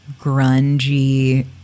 grungy